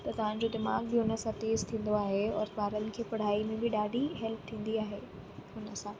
त तव्हांजो दिमाग़ बि हुनसां तेज़ु थींदो आहे और ॿारनि खे पढ़ाई में बि ॾाढी हेल्प थींदी आहे हुनसां